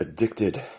addicted